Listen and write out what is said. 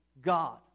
God